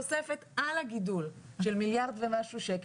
תוספת על הגידול של מיליארד ומשהו שקל,